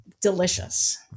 delicious